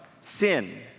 Sin